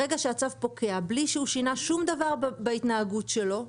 ברגע שהצו פוקע בלי שהוא שינה שום דבר בהתנהגות שלו,